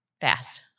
fast